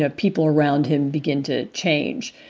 ah people around him begin to change.